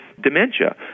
dementia